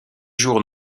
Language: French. jours